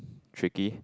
tricky